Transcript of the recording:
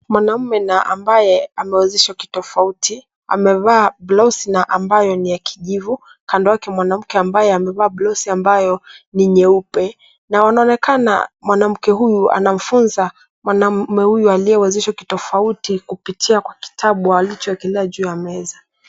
Mwanamume na ambaye amewezeshwa kitofauti, amevaa blouse na ambayo ni ya kijivu. Kando yake mwanamke ambaye amevaa blouse ambayo ni nyeupe, na wanaonekana mwanamke huyu anamfunza, mwanaume huyu aliyewezeshwa kitofauti, kupitia kwa kitabu alichoekelea juu ya meza.